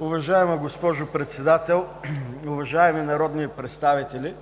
Уважаема госпожо Председател, уважаеми народни представители!